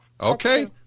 Okay